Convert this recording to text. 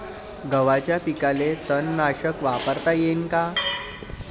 गव्हाच्या पिकाले तननाशक वापरता येईन का?